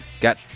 got